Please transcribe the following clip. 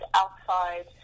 outside